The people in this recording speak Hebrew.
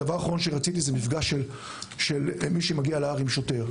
הדבר האחרון שרציתי זה מפגש של מי שמגיע להר עם שוטר.